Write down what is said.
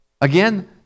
Again